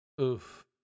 Oof